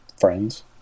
Friends